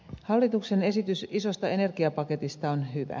hallituksen esitys isosta energiapaketista on hyvä